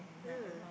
ah